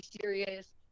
serious